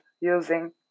using